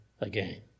again